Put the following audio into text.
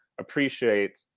appreciate